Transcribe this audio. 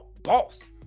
boss